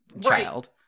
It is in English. child